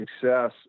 success